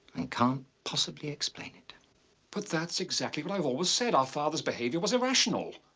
and can't possibly explain it but that's exactly what i've always said. our fathers behavior was irrational.